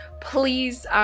please